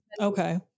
okay